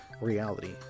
reality